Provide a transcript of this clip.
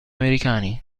americani